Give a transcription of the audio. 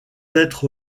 être